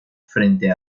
frente